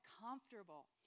comfortable